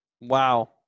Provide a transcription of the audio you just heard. Wow